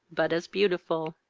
but as beautiful.